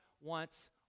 wants